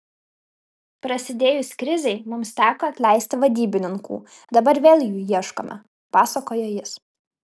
prasidėjus krizei mums teko atleisti vadybininkų dabar vėl jų ieškome pasakojo jis